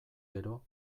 gero